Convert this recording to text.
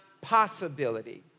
possibility